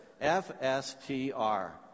F-S-T-R